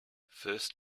first